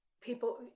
people